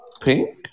Pink